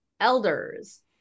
elders